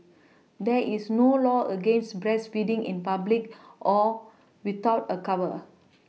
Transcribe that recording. there is no law against breastfeeding in public or without a cover